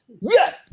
yes